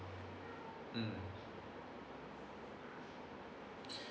mm